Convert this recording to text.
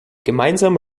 gemeinsam